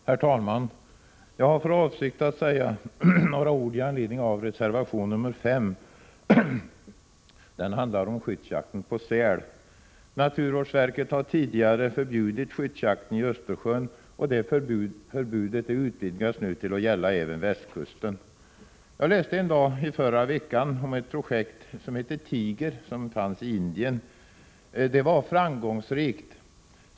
Herr talman! Jag har för avsikt att säga några ord i anledning av reservation nr 5. Den handlar om skyddsjakten på säl. Naturvårdsverket har tidigare förbjudit skyddsjakten i Östersjön. Förbudet utvidgas nu till att gälla även västkusten. Jag läste en dag i förra veckan om ett projekt i Indien som heter Tiger. Det var framgångsrikt.